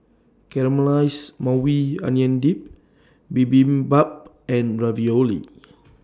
Caramelized Maui Onion Dip Bibimbap and Ravioli